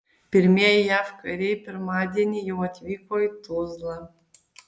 pirmieji jav kariai pirmadienį jau atvyko į tuzlą